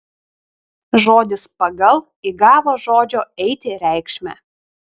žodis pagal įgavo žodžio eiti reikšmę